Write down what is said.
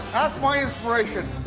my inspiration.